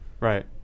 Right